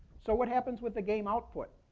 so what happens with the game output?